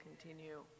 continue